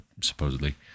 supposedly